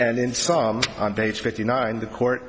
and in some on page fifty nine the court